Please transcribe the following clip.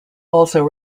also